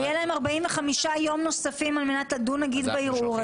ויהיו להם 45 יום נוספים על מנת לדון בערעור הזה.